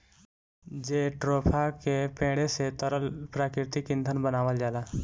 jatropha के पेड़े से तरल प्राकृतिक ईंधन बनावल जाला